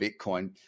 Bitcoin